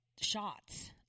shots